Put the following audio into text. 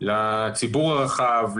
לציבור הרחב,